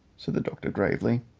said the doctor gravely.